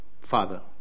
father